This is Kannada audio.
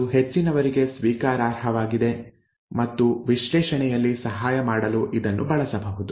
ಅದು ಹೆಚ್ಚಿನವರಿಗೆ ಸ್ವೀಕಾರಾರ್ಹವಾಗಿದೆ ಮತ್ತು ವಿಶ್ಲೇಷಣೆಯಲ್ಲಿ ಸಹಾಯ ಮಾಡಲು ಇದನ್ನು ಬಳಸಬಹುದು